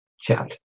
chat